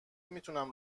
میتونم